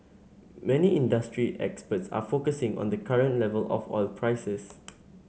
many industry experts are focusing on the current level of oil prices